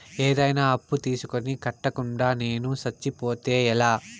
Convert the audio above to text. ఏదైనా అప్పు తీసుకొని కట్టకుండా నేను సచ్చిపోతే ఎలా